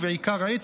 ובעיקר עץ,